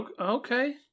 Okay